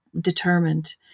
determined